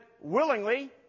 willingly